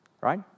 Right